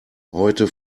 heute